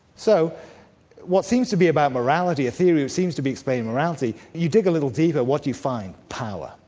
so what seems to be about morality, a theory it seems to be explaining morality, you dig a little deeper, what do you find? power.